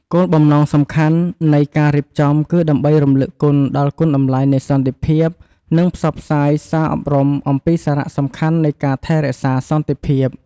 គោលបំណងសំខាន់នៃការរៀបចំគឺដើម្បីរំលឹកដល់គុណតម្លៃនៃសន្តិភាព និងផ្សព្វផ្សាយសារអប់រំអំពីសារៈសំខាន់នៃការថែរក្សាសន្តិភាព។